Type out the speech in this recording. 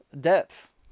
depth